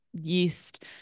yeast